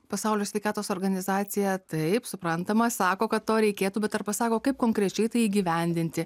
pasaulio sveikatos organizacija taip suprantama sako kad to reikėtų bet ar pasako kaip konkrečiai tai įgyvendinti